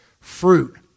fruit